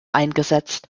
eingesetzt